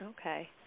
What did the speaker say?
Okay